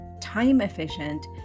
time-efficient